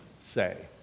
say